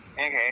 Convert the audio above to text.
Okay